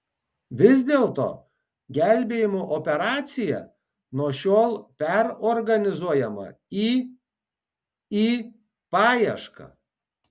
vis dėlto gelbėjimo operacija nuo šiol perorganizuojama į į paiešką